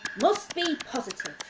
must be positive!